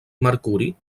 mercuri